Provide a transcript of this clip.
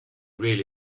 really